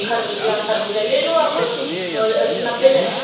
खरबूजा खरबूजा ले लो आप नब्बे में है